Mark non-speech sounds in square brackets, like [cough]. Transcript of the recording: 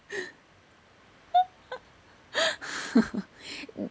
[laughs]